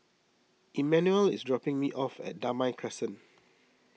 Immanuel is dropping me off at Damai Crescent